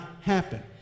happen